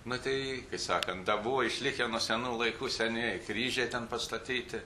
matei kai sakant buvo išlikę nuo senų laikų senieji kryžiai ten pastatyti